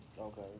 Okay